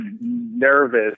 nervous